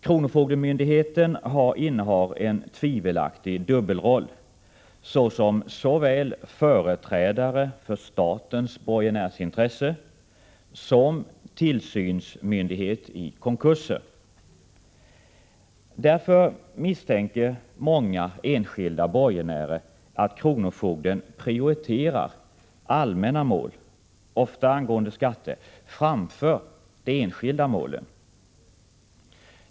Kronofogdemyndigheten innehar en tvivelaktig dubbelroll såsom såväl företrädare för statens borgenärsintresse som tillsynsmyndighet i konkurser. Därför misstänker många enskilda borgenärer att kronofogden prioriterar allmänna mål, ofta angående skatter, framför de enskilda målen.